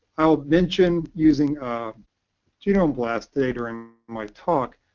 i will mention using um genome blast data in my talk.